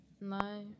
No